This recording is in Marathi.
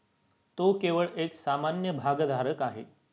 तो केवळ एक सामान्य भागधारक आहे